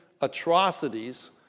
atrocities